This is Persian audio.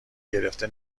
گرفته